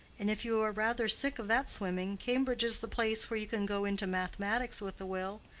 and if you are rather sick of that swimming, cambridge is the place where you can go into mathematics with a will,